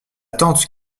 tante